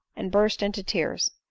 and burst into tears.